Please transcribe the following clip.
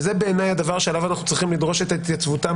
וזה בעיניי הדבר שעליו אנחנו צריכים לדרוש את התייצבותם